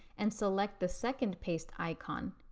and select the second paste icon.